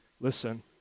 listen